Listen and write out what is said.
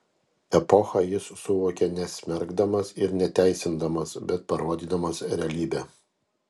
epochą jis suvokia nesmerkdamas ir neteisindamas bet parodydamas realybę